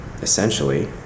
essentially